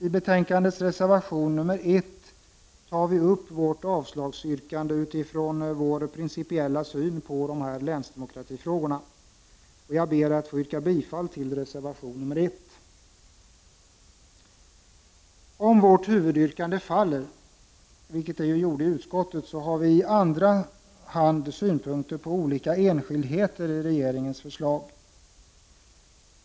I betänkandets reservation 1 tar vi upp vårt avslagsyrkande utifrån vår principiella syn på länsdemokratifrågorna. Jag ber att få yrka bifall till reservation 1. Om vårt huvudyrkande faller, vilket det gjorde i utskottet, har vi i andra hand synpunkter på olika enskildheter i regeringens förslag.